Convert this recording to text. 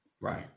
Right